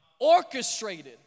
orchestrated